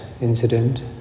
incident